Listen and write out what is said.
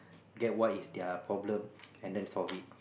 get what is their problem and then solve it